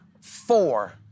four